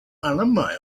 alumni